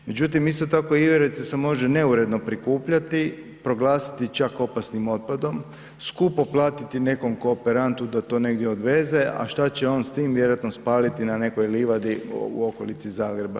Međutim, isto tako iverica se može neuredno prikupljati, proglasiti čak opasnim otpadom, skupo platiti nekom kooperantu da to negdje odveze, a šta će on s tim, vjerojatno spaliti na nekoj livadi u okolici Zagreba.